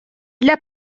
для